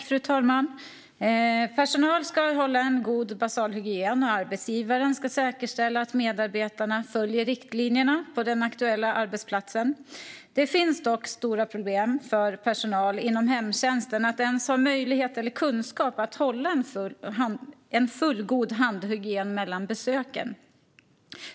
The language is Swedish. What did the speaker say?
Fru talman! Personal ska hålla en god basal hygien, och arbetsgivaren ska säkerställa att medarbetarna följer riktlinjerna på den aktuella arbetsplatsen. Det finns dock stora problem för personal inom hemtjänsten när det gäller att ens ha möjlighet eller kunskap för att hålla en fullgod handhygien mellan besöken.